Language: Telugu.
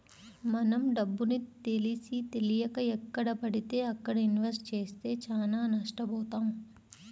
మనం డబ్బుని తెలిసీతెలియక ఎక్కడబడితే అక్కడ ఇన్వెస్ట్ చేస్తే చానా నష్టబోతాం